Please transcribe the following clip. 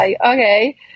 okay